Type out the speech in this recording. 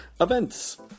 Events